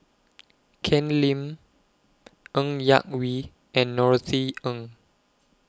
Ken Lim Ng Yak Whee and Norothy Ng